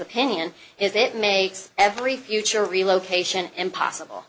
opinion is it makes every future relocation impossible